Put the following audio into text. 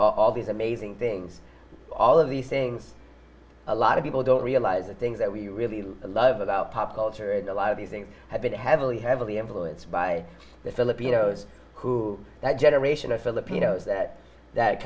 all these amazing things all of these things a lot of people don't realize the things that we really love about pop culture and a lot of these things have been heavily heavily influenced by the filipinos who that generation of filipinos that that